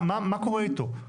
מה קורה איתו?